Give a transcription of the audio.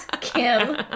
Kim